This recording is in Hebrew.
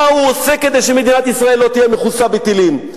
מה הוא עושה כדי שמדינת ישראל לא תהיה מכוסה בטילים?